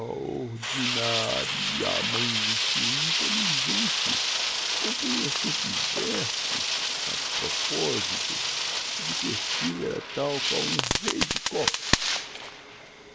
ria mente intelligente compunha sempre versos a proposito de perfil era tal qual um rei de copas